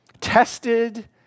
tested